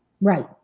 Right